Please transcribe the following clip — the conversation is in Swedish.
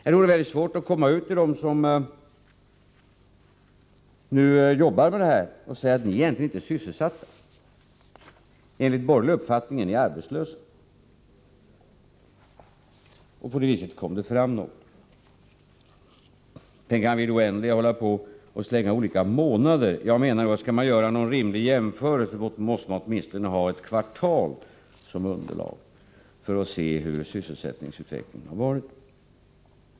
Det vore mycket svårt att komma ut till dem som nu jobbar med det här och säga: Ni är egentligen inte sysselsatta. Enligt borgerlig uppfattning är ni arbetslösa. På det viset kom det fram något. Vi kan i det oändliga hålla på att slänga fram olika månader. Jag menar att skall man göra någon rimlig jämförelse måste man åtminstone ha ett kvartal som underlag för att se hur sysselsättningsutvecklingen har varit.